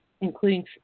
including